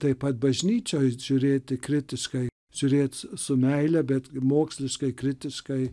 taip pat bažnyčioj žiūrėti kritiškai žiūrėt su meile bet moksliškai kritiškai